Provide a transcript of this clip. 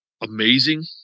amazing